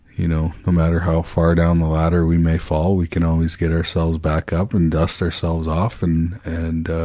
you know, no matter how far down the ladder we may fall we can always get ourselves back up and dust ourselves off and, and